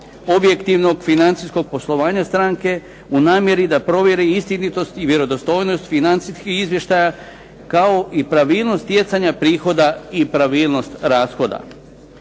objektivnog, financijskog poslovanja stranke u namjeri da provjeri istinitost i vjerodostojnost financijskih izvještaja, kao i pravilnost stjecanja prihoda i pravilnost rashoda.